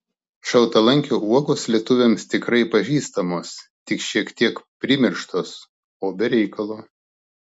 šaltalankio uogos lietuviams tikrai pažįstamos tik šiek tiek primirštos o be reikalo